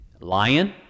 Lion